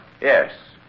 Yes